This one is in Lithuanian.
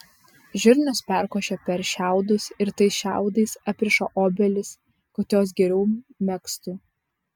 žirnius perkošia per šiaudus ir tais šiaudais apriša obelis kad jos geriau megztų